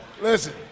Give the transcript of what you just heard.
Listen